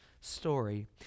story